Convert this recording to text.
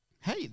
Hey